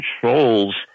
controls